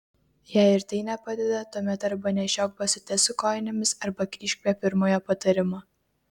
jei ir tai nepadeda tuomet arba nešiok basutes su kojinėmis arba grįžk prie pirmojo patarimo